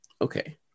okay